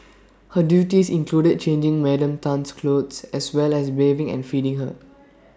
her duties included changing Madam Tan's clothes as well as bathing and feeding her